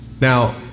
Now